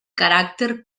caràcter